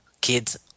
Kids